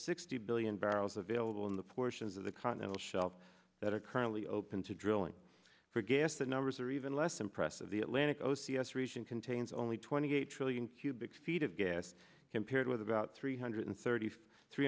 sixty billion barrels available in the portions of the continental shelf that are currently open to drilling for gas the numbers are even less impressive the atlantic o c s region contains only twenty eight trillion cubic feet of gas compared with about three hundred thirty ft three